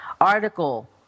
Article